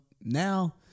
Now